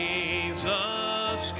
Jesus